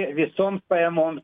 visoms pajamoms